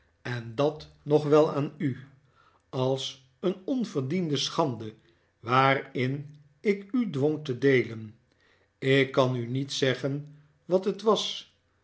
en dat nog wel aan u als een onverdiende schande waarin ik u dwong te deelen ik kan u niet zeggen wat het was